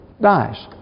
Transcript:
dies